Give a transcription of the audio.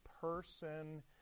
person